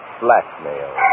Blackmail